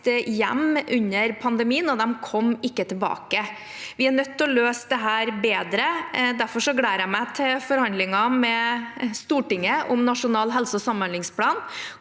hjem under pandemien, og de kom ikke tilbake. Vi er nødt til å løse dette bedre. Derfor gleder jeg meg til forhandlinger med Stortinget om Nasjonal helse- og samhandlingsplan,